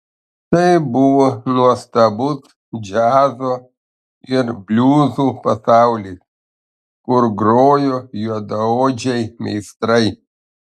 tai buvo nuostabus džiazo ir bliuzų pasaulis kur grojo juodaodžiai meistrai